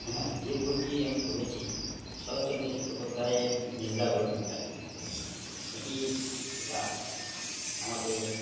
হ্যাঁ যে বইটি আমি পড়েছি শরৎচন্দ্র চট্টোপাধ্যায়য়ের মেজদা গল্পের কাহিনি এটি এটা আমাকে